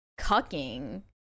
cucking